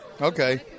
Okay